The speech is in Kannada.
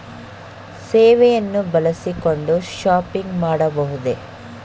ಸೇವೆಯನ್ನು ಬಳಸಿಕೊಂಡು ಶಾಪಿಂಗ್ ಮಾಡಬಹುದೇ?